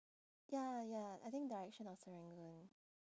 ya ya I think direction of serangoon